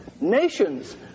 Nations